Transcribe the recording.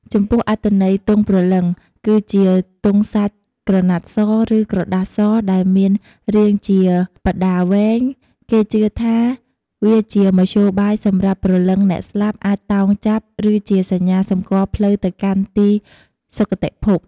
ចំពោះ អត្ថន័យទង់ព្រលឹង គឺជាទង់សាច់ក្រណាត់ស ឬក្រដាសសដែលមានរាងជាបដាវែង គេជឿថាវាជាមធ្យោបាយសម្រាប់ព្រលឹងអ្នកស្លាប់អាចតោងចាប់ ឬជាសញ្ញាសម្គាល់ផ្លូវទៅកាន់ទីសុគតិភព។